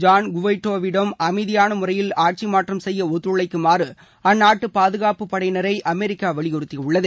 John குவாய்டோவிடம் அமைதியான முறையில் ஆட்சி மாற்றம் செய்ய ஒத்துழைக்குமாறு அந்நாட்டு பாதுகாப்பு படையினரை அமெரிக்கா வலியுறுத்தியுள்ளது